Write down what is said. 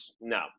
No